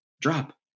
Drop